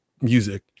music